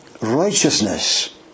Righteousness